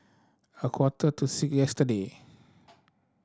a quarter to six yesterday